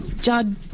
Judd